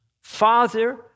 Father